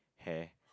hair